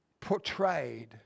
portrayed